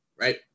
Right